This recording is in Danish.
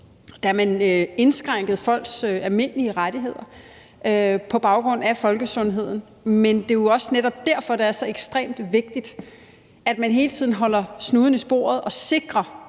da man indskrænkede folks almindelige rettigheder på baggrund af folkesundheden. Men det er jo netop også derfor, at det er så ekstremt vigtigt, at man hele tiden holder snuden i sporet og sikrer,